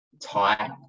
tight